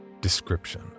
Description